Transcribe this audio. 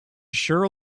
sure